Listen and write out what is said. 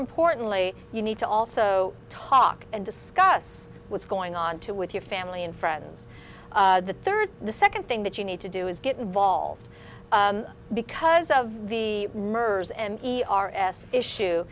importantly you need to also talk and discuss what's going on to with your family and friends the third the second thing that you need to do is get involved because of the murders and e r s issue